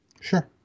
Sure